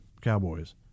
Cowboys